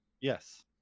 Yes